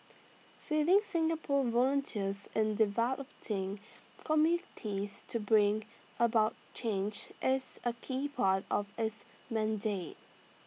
fielding Singapore volunteers in communities to bring about change is A key part of its mandate